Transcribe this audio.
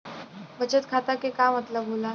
बचत खाता के का मतलब होला?